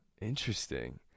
Interesting